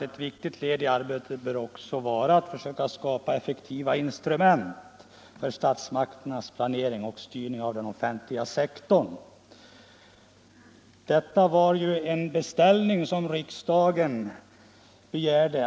Ett viktigt led i arbetet bör också vara att försöka skapa effektivare instrument för statsmakternas planering och styrning av den offentliga sektorn.” Det var alltså en beställning som riksdagen då gjorde.